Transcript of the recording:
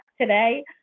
today